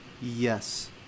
Yes